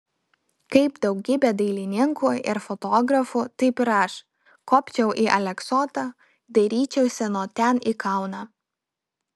kaip daugybė dailininkų ir fotografų taip ir aš kopčiau į aleksotą dairyčiausi nuo ten į kauną